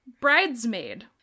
bridesmaid